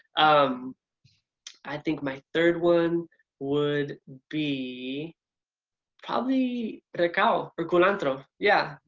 um i think my third one would be probably recao or culantro. yeah,